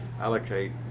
allocate